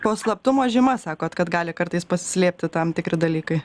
po slaptumo žyma sakot kad gali kartais pasislėpti tam tikri dalykai